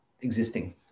existing